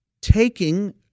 taking